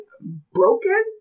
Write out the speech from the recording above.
broken